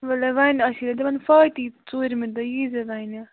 وَلے وۅنۍ آسی نا تِمَن فاتع ژوٗرِمہِ دۄہ ییٖزِ وَنہِ